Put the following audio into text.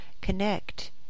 connect